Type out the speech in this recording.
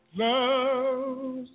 love